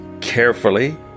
carefully